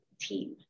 team